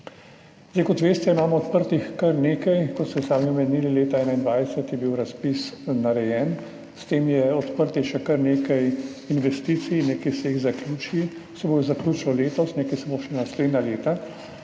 Kot veste, imamo odprtih kar nekaj, kot ste sami omenili, leta 2021 je bil narejen razpis, s tem je odprtih še kar nekaj investicij, nekaj se jih bo zaključilo letos, nekaj se jih bo še naslednja leta,